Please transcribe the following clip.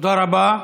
תודה רבה.